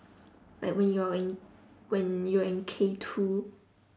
like when you're in when you are in K two